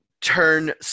turn